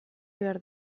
behar